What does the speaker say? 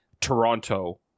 Toronto